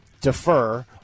defer